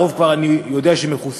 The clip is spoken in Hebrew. הרוב כבר אני יודע שמכוסים,